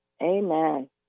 Amen